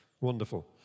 Wonderful